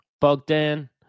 Bogdan